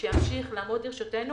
שימשיך לעמוד לרשותנו